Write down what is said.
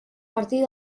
martí